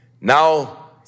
Now